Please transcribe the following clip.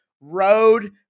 road